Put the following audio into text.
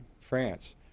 France